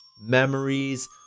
Memories